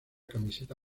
camiseta